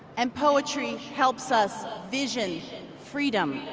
and poetry helps us vision freedom.